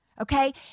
Okay